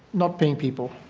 not paying people.